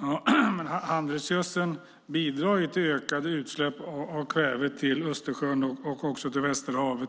Fru talman! Handelsgödseln bidrar till ökade utsläpp av kväve i Östersjön och i Västerhavet.